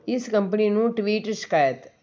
ਇਸ ਕੰਪਨੀ ਨੂੰ ਟਵੀਟ ਸ਼ਿਕਾਇਤ